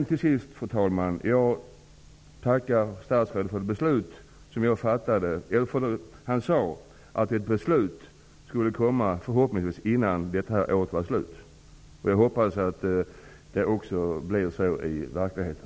Till sist vill jag, fru talman, tacka statsrådet för att han sade att ett beslut förhoppningsvis skulle komma innan det här året är slut. Jag hoppas att det också blir fallet i verkligheten.